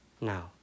now